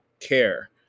care